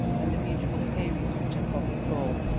and the beautiful periods which had gone before,